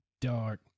dark